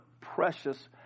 precious